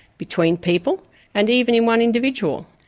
between people and even in one individual.